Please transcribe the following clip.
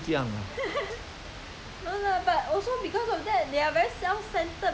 because they they try try to think that eh this one belong to me